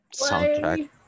soundtrack